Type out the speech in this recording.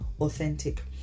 authentic